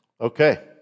Okay